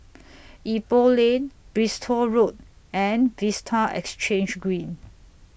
Ipoh Lane Bristol Road and Vista Exhange Green